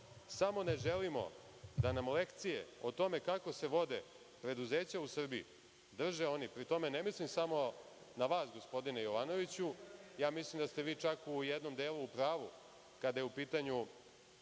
samo ne želimo da nam lekcije o tome kako se vode preduzeća u Srbiji, drže oni, pri tome ne mislim samo na vas gospodine Jovanoviću, mislim da ste vi čak u jednom delu u pravu, kada je u pitanju